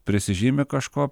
prisižymi kažko